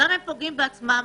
גם הם פוגעים בעצמם